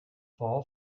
fall